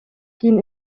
кийин